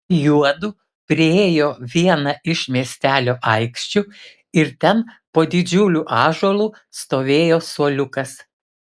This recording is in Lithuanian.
juodu priėjo vieną iš miestelio aikščių ir ten po didžiuliu ąžuolu stovėjo suoliukas